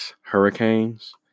hurricanes